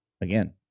again